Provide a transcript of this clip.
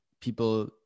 people